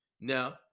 Now